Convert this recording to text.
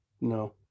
No